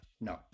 no